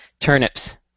turnips